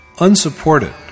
Unsupported